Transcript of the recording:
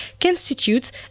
constitutes